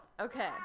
Okay